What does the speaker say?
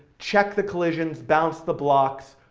check the collisions, bounce the blocks,